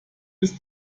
ist